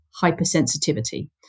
hypersensitivity